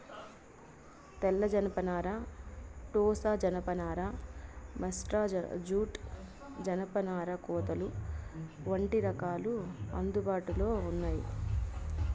తెల్ల జనపనార, టోసా జానప నార, మేస్టా జూట్, జనపనార కోతలు వంటి రకాలు అందుబాటులో ఉన్నాయి